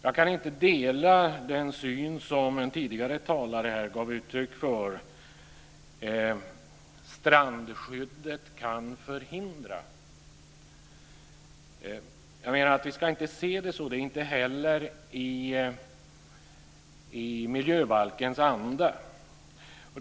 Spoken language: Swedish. Jag kan inte dela den syn som den tidigare talaren här gav uttryck för, att strandskyddet kan förhindra utveckling. Jag menar att vi inte ska se det så. Det är inte heller i miljöbalkens anda.